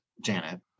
Janet